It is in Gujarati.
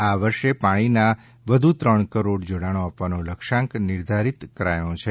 આ વર્ષે પાણીના વધુ ત્રણ કરોડ જોડાણો આપવાનો લક્ષ્યાંક નિર્ધારિત કરાયો છે